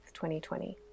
2020